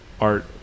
art